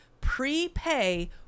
prepay